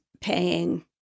paying